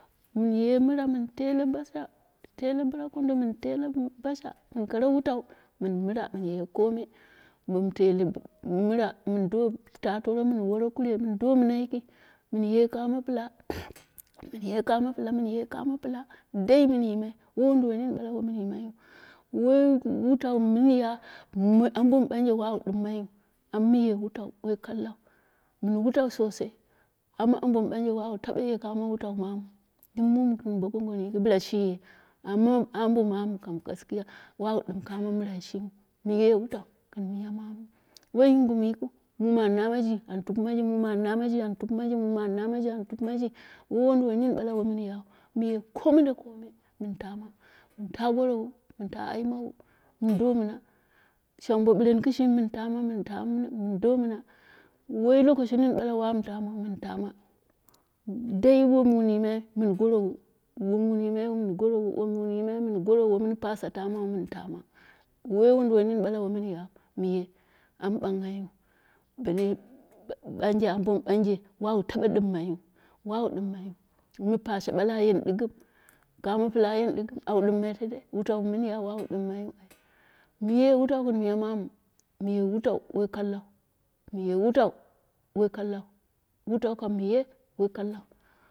Mɨnye mɨra mɨn teghle basha mɨn teghle bɨra kondo mɨn taghle basha mɨn kara wutau, mɨn mɨra mɨnye kome mɨn teghle, mɨnra mɨndo ta toro mɨn wore kure mɨndo mɨna yiki, mɨnye kame pɨla, mɨnye kame pɨla, mɨnye kame pɨla, dai mɨn yimai woi wunduwoi nini ɓahe woi mɨn yimaiyiu, woi wulau mɨ mɨnyo ambo mɨ banje wawu ɗimmai yiu amma mɨye wutau woi kakau, mɨn wutau sosai, amma ambo mɨ ɓanje wawu taɓe ye kamo wutau mamnu dɨm muum gɨn bogongoni yiki bɨla shiye, amma ambo mamu kam gaskiya wawu ɗɨm kame mɨrai shimin, mɨye wutau gɨn miyamanu, woi yungum yikɨu muime an namaji, an tupɨmaji muuime an namaji an tupɨmaju, muni me an namaji an tupɨmaji. Woi wunduwoi nin ɓale woio mɨnyou, mɨye kome da kome mɨn tama mɨnta gorowu mɨnla ayimawa mɨn do mɨn do mɨna, shang bo bɨreni kɨshimi mɨn tama mɨn do mɨna woi lokashi niniu ɓale wamu tamau mɨn tama, dai wom wun yimai mɨn ta gorowu, wom wun timai mɨn gorowu, woi mɨn fasa taman mɨn tama, woi wunduwoi nini ɓale woi mɨnyai, mɨye am ɓanghaiyiu bellei ambo mɨ mɨ ɓanje wawu taɓe ɗɨmyiu wawu ɗɨmmaiyiu, wu pashe ɓala a yeni ɗɨgɨm, kame pɨla ayeni ɗɨgɨm au ɗɨmmai tedei, wutaumɨ mɨnya wuwu ɗimmaiyiu ai mɨye wutau gɨn miya mamu mɨye wutau woi kallau mɨye wutau woi kallau, wutau kam mɨ ye.